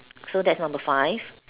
so that's number five